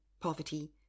poverty